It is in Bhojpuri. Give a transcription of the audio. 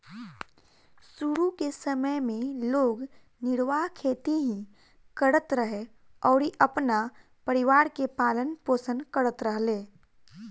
शुरू के समय में लोग निर्वाह खेती ही करत रहे अउरी अपना परिवार के पालन पोषण करत रहले